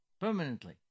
Permanently